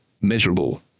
measurable